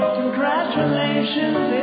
congratulations